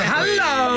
Hello